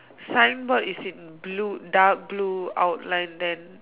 sign board is in blue dark blue outline then